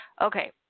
Okay